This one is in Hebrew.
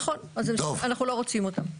נכון, אנחנו לא רוצים אותם.